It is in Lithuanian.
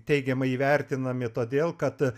teigiamai įvertinami todėl kad